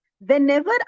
whenever